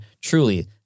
truly